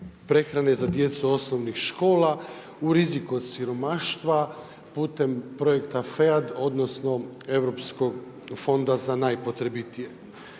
prehrane za djecu osnovnih škola u riziku od siromaštva putem Projekta FEAD odnosno Europskog fonda za najpotrebitije.